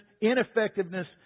ineffectiveness